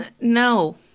No